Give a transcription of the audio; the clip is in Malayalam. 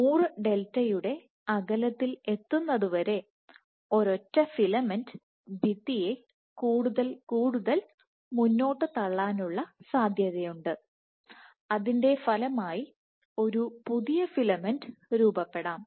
100 ഡെൽറ്റയുടെ അകലത്തിൽ എത്തുന്നതുവരെ ഒരൊറ്റ ഫിലമെന്റ് ഭിത്തിയെ കൂടുതൽ കൂടുതൽ മുന്നോട്ട് തള്ളാനുള്ള സാധ്യതയുണ്ട് അതിൻറെ ഫലമായി ഒരു പുതിയ ഫിലമെന്റ് രൂപപ്പെടാം